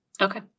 Okay